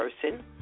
person